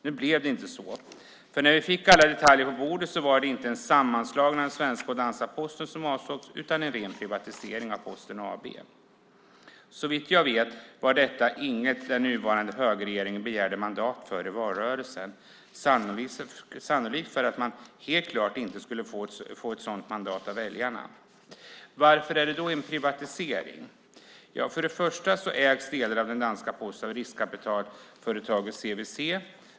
Nu blev det inte så, för när vi fick alla detaljer på bordet var det inte en sammanslagning av den svenska och den danska Posten som avsågs utan en ren privatisering av Posten AB. Såvitt jag vet var detta inget den nuvarande högerregeringen begärde mandat för i valrörelsen, sannolikt för att man helt klart inte skulle få ett sådant mandat av väljarna. Varför är det då en privatisering? För det första ägs delar av den danska Posten av riskkapitalbolaget CVC.